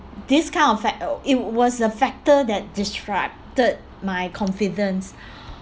this kind of fac~ uh it was a factor that disrupted my confidence